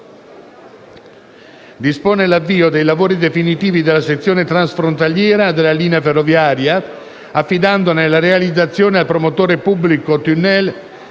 dispone l'avvio dei lavori definitivi della sezione transfrontaliera della linea ferroviaria, affidandone la realizzazione al promotore pubblico Tunnel